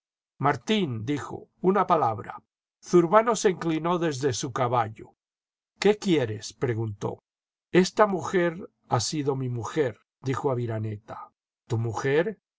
martín dijo una palabra zurbano se inclinó desde su caballo ciqué quieres preguntó ksta mujer ha sido mi mujer dijo xviraneta ítu mujer